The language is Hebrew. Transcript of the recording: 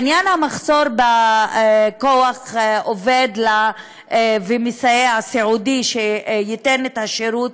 בעניין המחסור בכוח העובד והמסייע הסיעודי שייתן את השירות